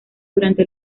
durante